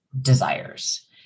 desires